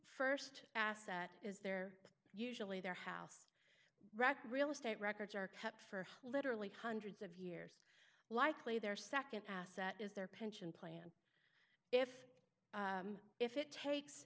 st asset is they're usually their house rock real estate records are kept for literally hundreds of years likely their nd asset is their pension plan if if it takes